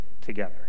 together